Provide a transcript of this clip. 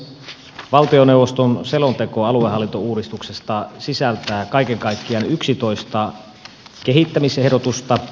valtioneuvoston selonteko aluehallintouudistuksesta sisältää kaiken kaikkiaan yksitoista kehittämisehdotusta